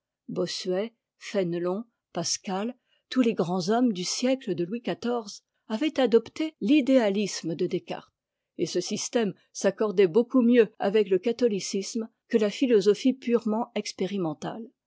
bossuet fénéton pascal tous les grands hommes du siècle de louis xiv avaient adopté l'idéalisme de descartes et ce système s'accordait beaucoup mieux avec le catholicisme que ta philosophie purement expérimentale